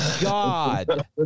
God